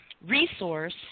resource